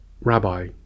rabbi